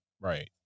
Right